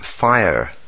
fire